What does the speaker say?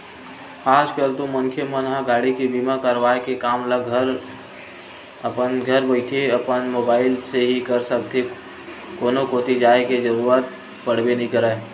आज कल तो मनखे मन ह गाड़ी के बीमा करवाय के काम ल अपन घरे बइठे अपन मुबाइल ले ही कर लेथे कोनो कोती जाय के जरुरत पड़बे नइ करय